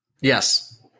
Yes